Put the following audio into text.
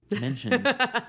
mentioned